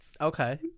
Okay